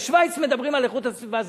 בשווייץ מדברים על איכות הסביבה,